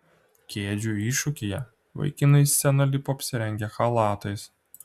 kėdžių iššūkyje vaikinai į sceną lipo apsirengę chalatais